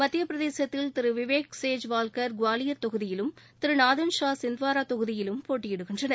மத்தியப்பிரதேசத்தில் திரு விவேக் சேஜ்வால்கர் குவாலியர் தொகுதியிலும் திரு நாதன் ஷா சிந்துவாரா தொகுதியிலும் போட்டியிடுகின்றனர்